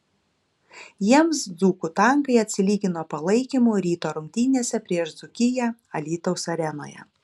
jiems dzūkų tankai atsilygino palaikymu ryto rungtynėse prieš dzūkiją alytaus arenoje